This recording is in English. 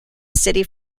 city